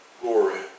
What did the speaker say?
Glory